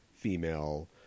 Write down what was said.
female